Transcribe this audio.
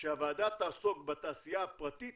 שהוועדה תעסוק בתעשייה הפרטית